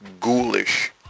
ghoulish